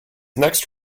next